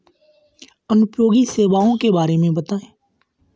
जनोपयोगी सेवाओं के बारे में बताएँ?